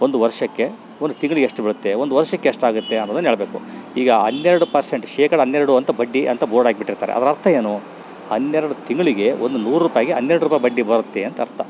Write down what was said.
ಒಂದು ವರ್ಷಕ್ಕೆ ಒಂದು ತಿಂಗ್ಳಿಗೆ ಎಷ್ಟು ಬೀಳುತ್ತೆ ಒಂದು ವರ್ಷಕ್ಕೆ ಎಷ್ಟಾಗುತ್ತೆ ಅನ್ನೋದನ್ನೇಳ್ಬೇಕು ಈಗ ಹನ್ನೆರಡು ಪರ್ಸೆಂಟ್ ಶೇಕಡ ಹನ್ನೆರಡು ಅಂತ ಬಡ್ಡಿ ಅಂತ ಬೋರ್ಡ್ ಹಾಕಿಬಿಟ್ಟಿರ್ತಾರೆ ಅದ್ರ ಅರ್ಥ ಏನು ಹನ್ನೆರಡು ತಿಂಗಳಿಗೆ ಒಂದು ನೂರು ರೂಪಾಯಿಗೆ ಹನ್ನೆರಡು ರೂಪಾಯಿ ಬಡ್ಡಿ ಬರುತ್ತೆ ಅಂತ ಅರ್ಥ